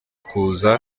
kuza